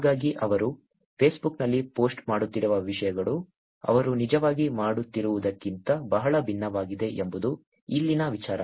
ಹಾಗಾಗಿ ಅವರು ಫೇಸ್ಬುಕ್ನಲ್ಲಿ ಪೋಸ್ಟ್ ಮಾಡುತ್ತಿರುವ ವಿಷಯಗಳು ಅವರು ನಿಜವಾಗಿ ಮಾಡುತ್ತಿರುವುದಕ್ಕಿಂತ ಬಹಳ ಭಿನ್ನವಾಗಿದೆ ಎಂಬುದು ಇಲ್ಲಿನ ವಿಚಾರ